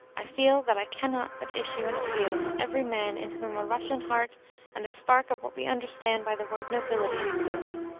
i feel that i cannot but issue an appeal to every man in whom a russian heart and a spark of what we understand by the word nobility exist.